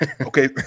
Okay